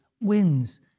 wins